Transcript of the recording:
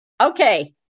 okay